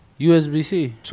USB-C